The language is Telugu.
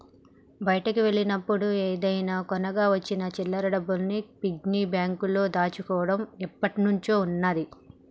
బయటికి వెళ్ళినప్పుడు ఏమైనా కొనగా వచ్చిన చిల్లర డబ్బుల్ని పిగ్గీ బ్యాంకులో దాచుకోడం ఎప్పట్నుంచో ఉన్నాది